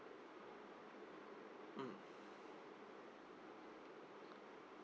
mm